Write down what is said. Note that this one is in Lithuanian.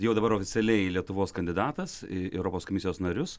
jau dabar oficialiai lietuvos kandidatas į europos komisijos narius